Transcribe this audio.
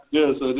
Yes